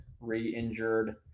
re-injured